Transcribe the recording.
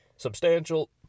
substantial